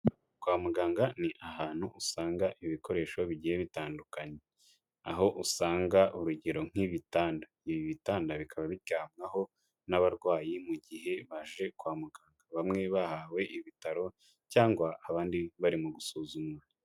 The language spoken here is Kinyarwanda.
Kwa muganga ni ahantu usanga ibikoresho bigiye bitandukanye, aho usanga urugero nk'ibitanda, ibi bitanda bikaba biryamwaho n'abarwayi mu gihe baje kwa muganga bamwe bahawe ibitaro cyangwa abandi bari mu gusuzumwa.